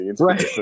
right